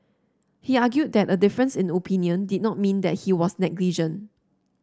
he argued that a difference in opinion did not mean that he was negligent